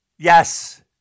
yes